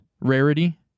rarity